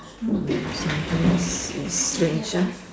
something is is strange ah